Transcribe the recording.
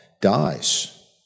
dies